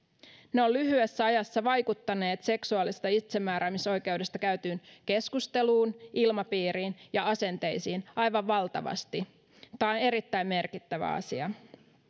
ne ovat lyhyessä ajassa vaikuttaneet seksuaalisesta itsemääräämisoikeudesta käytyyn keskusteluun ilmapiiriin ja asenteisiin aivan valtavasti tämä on erittäin merkittävä asia